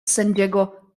sędziego